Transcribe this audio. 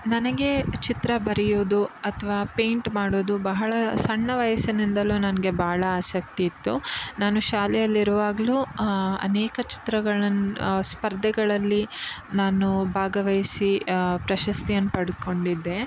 ನನಗೆ ಚಿತ್ರ ಬರೆಯೋದು ಅಥವಾ ಪೇಯಿಂಟ್ ಮಾಡೋದು ಬಹಳ ಸಣ್ಣ ವಯಸ್ಸಿನಿಂದಲೂ ನನಗೆ ಭಾಳ ಆಸಕ್ತಿ ಇತ್ತು ನಾನು ಶಾಲೆಯಲ್ಲಿರುವಾಗಲೂ ಅನೇಕ ಚಿತ್ರಗಳನ್ನು ಸ್ಪರ್ಧೆಗಳಲ್ಲಿ ನಾನು ಭಾಗವಹಿಸಿ ಪ್ರಶಸ್ತಿಯನ್ನು ಪಡದುಕೊಂಡಿದ್ದೆ